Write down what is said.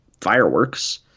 fireworks